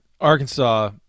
Arkansas